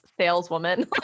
saleswoman